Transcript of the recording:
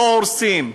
לא הורסים.